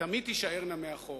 ותמיד תישארנה מאחור.